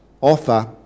offer